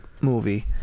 movie